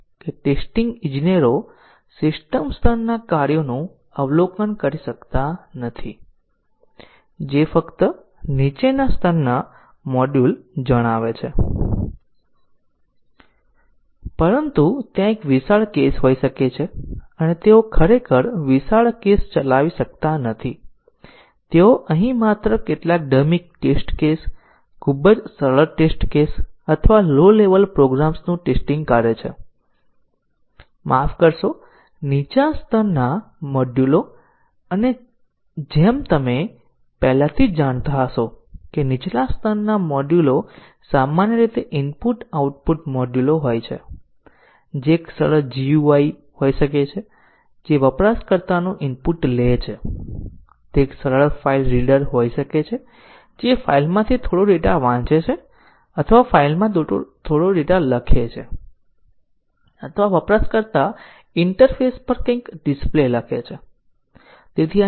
હવે જો આપણી પાસે આ પરિવર્તિત કાર્યક્રમ છે અને આપણે અમારા ટેસ્ટીંગ કેસો ચલાવીએ છીએ અને પછી કેટલાક ટેસ્ટીંગ કેસો નિષ્ફળ જાય છે તો પછી આપણે જાણીએ છીએ કે અમારા ટેસ્ટીંગ ના કેસો ખરેખર સારી રીતે ટેસ્ટીંગ કરી રહ્યા છે તેઓએ આપણે રજૂ કરેલી ભૂલ પકડી લીધી છે અને આપણે કહીએ છીએ કે મ્યુટન્ટ મરી ગયું છે તેનો અર્થ એ છે કે આ પ્રકારના ભૂલો અમારા ટેસ્ટીંગ ના કેસો શોધી શકે છે અને ટેસ્ટીંગ ના કેસો તે શોધી રહ્યા છે કે કેમ તે ચકાસવા માટે આપણે નવી ભૂલો અજમાવી શકીએ છીએ પરંતુ પછી જો તમામ ટેસ્ટીંગ કેસો પસાર થાય અને આપણે જાણીએ કે આપણે ભૂલ રજૂ કરી છે તો અમારા ટેસ્ટીંગ કેસ છે પૂરતું સારું નથી